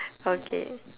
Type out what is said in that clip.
okay